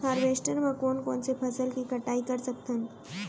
Harvester म कोन कोन से फसल के कटाई कर सकथन?